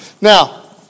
Now